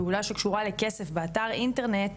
פעולה שקשורה לכסף באתר אינטרנט,